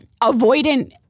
avoidant